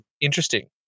interesting